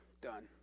done